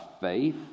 faith